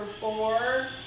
four